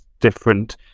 different